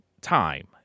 time